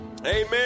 Amen